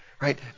right